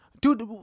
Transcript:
Dude